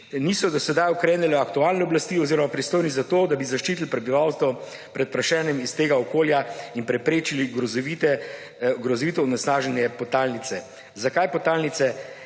niso do sedaj ukrenile aktualne oblasti oziroma pristojni, da bi zaščitili prebivalstvo pred prašenjem iz tega okolja in preprečili grozovito onesnaženje podtalnice. Zakaj podtalnice?